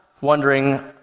wondering